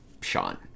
Sean